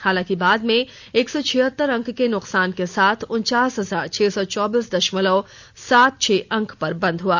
हालांकि बाद में एक सौ छियहतर अंक के नुकसान के साथ उनचास हजार छह सौ चौबीस दशमलव सात छह अंक पर बंद हआ